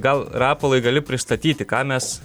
gal rapolai gali pristatyti ką mes